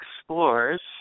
explores